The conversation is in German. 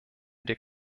der